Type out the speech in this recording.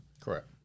Correct